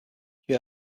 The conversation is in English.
you